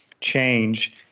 change